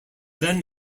then